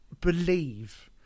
believe